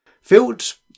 Fields